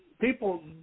people